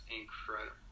incredible